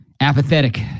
apathetic